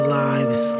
lives